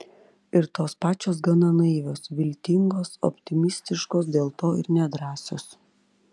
ir tos pačios gana naivios viltingos optimistiškos dėl to ir nedrąsios